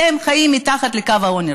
חיים מתחת לקו העוני,